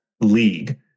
league